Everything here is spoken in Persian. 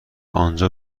آنجا